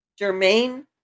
Jermaine